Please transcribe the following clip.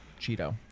Cheeto